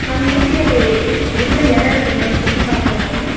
ma'am ஊட்டியில எ எவ்வளோ இடம் இருக்கு மேம் சுற்றி பார்க்குறமாதிரி